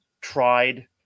tried